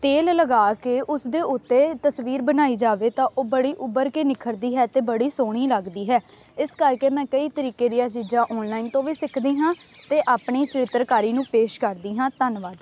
ਤੇਲ ਲਗਾ ਕੇ ਉਸਦੇ ਉੱਤੇ ਤਸਵੀਰ ਬਣਾਈ ਜਾਵੇ ਤਾਂ ਉਹ ਬੜੀ ਉਭਰ ਕੇ ਨਿਖੜਦੀ ਹੈ ਅਤੇ ਬੜੀ ਸੋਹਣੀ ਲੱਗਦੀ ਹੈ ਇਸ ਕਰਕੇ ਮੈਂ ਕਈ ਤਰੀਕੇ ਦੀਆਂ ਚੀਜ਼ਾਂ ਔਨਲਾਈਨ ਤੋਂ ਵੀ ਸਿੱਖਦੀ ਹਾਂ ਅਤੇ ਆਪਣੀ ਚਿੱਤਰਕਾਲੀ ਨੂੰ ਪੇਸ਼ ਕਰਦੀ ਹਾਂ ਧੰਨਵਾਦ